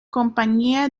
compañía